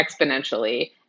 exponentially